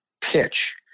pitch